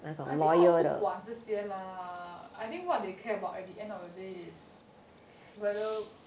I think 他们不管这些 bu guan zhe xie lah I think what they care about at the end of the day is whether